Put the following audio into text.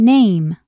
Name